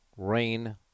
Rain